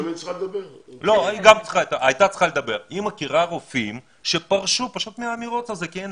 היא מכירה רופאים שפרשו מהמרוץ הזה כי אין